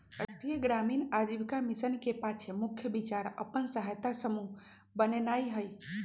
राष्ट्रीय ग्रामीण आजीविका मिशन के पाछे मुख्य विचार अप्पन सहायता समूह बनेनाइ हइ